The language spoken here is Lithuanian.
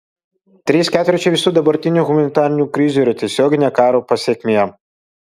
trys ketvirčiai visų dabartinių humanitarinių krizių yra tiesioginė karo pasekmė